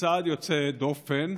בצעד יוצא דופן,